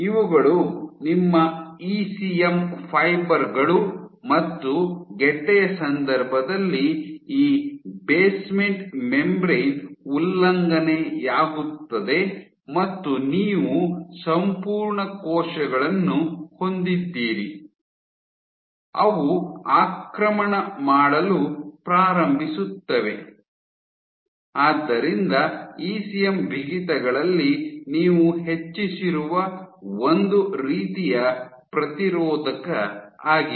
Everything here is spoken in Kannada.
ಇವುಗಳು ನಿಮ್ಮ ಇಸಿಎಂ ಫೈಬರ್ ಗಳು ಮತ್ತು ಗೆಡ್ಡೆಯ ಸಂದರ್ಭದಲ್ಲಿ ಈ ಬೇಸ್ಮೆಂಟ್ ಮೆಂಬ್ರೇನ್ ಉಲ್ಲಂಘನೆಯಾಗುತ್ತದೆ ಮತ್ತು ನೀವು ಸಂಪೂರ್ಣ ಕೋಶಗಳನ್ನು ಹೊಂದಿದ್ದೀರಿ ಅವು ಆಕ್ರಮಣ ಮಾಡಲು ಪ್ರಾರಂಭಿಸುತ್ತವೆ ಆದ್ದರಿಂದ ಇಸಿಎಂ ಬಿಗಿತಗಳಲ್ಲಿ ನೀವು ಹೆಚ್ಚಿಸಿರುವ ಒಂದು ರೀತಿಯ ಪ್ರತಿರೋಧಕ ಆಗಿದೆ